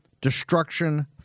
Destruction